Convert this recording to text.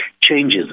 Changes